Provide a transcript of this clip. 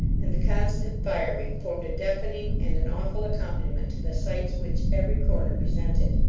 and the constant firing, formed a deafening and an awful accompaniment to the sights which every corner presented.